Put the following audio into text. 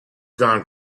gone